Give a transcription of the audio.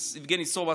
יבגני סובה,